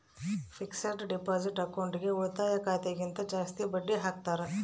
fixed deposit ಅಕೌಂಟ್ಗೆ ಉಳಿತಾಯ ಖಾತೆ ಗಿಂತ ಜಾಸ್ತಿ ಬಡ್ಡಿ ಹಾಕ್ತಾರ